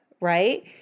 right